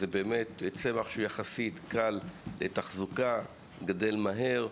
זהו צמח שהוא קל לתחזוקה, יחסית, וגדל מהר.